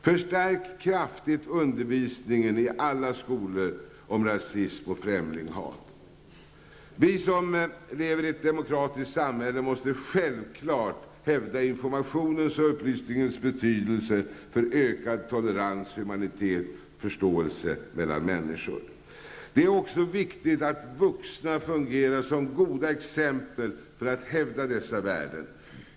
Förstärk kraftigt undervisningen om rasism och främlingshat i alla skolor! Vi som lever i ett demokratiskt samhälle måste självklart hävda informationens och upplysningens betydelse för ökad tolerans, humanitet och förståelse mellan människor. Det är också viktigt att vuxna fungerar som goda exempel för att hävda dessa värden.